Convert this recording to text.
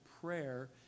prayer